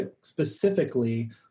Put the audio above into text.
specifically